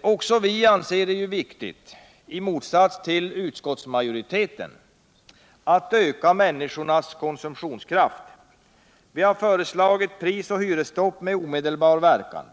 Också vi anser det viktigt — i motsats till utskottsmajoriteten — att öka människornas konsumtionskraft. Därför har vi föreslagit prisoch hyresstopp med omedelbar verkan.